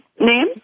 name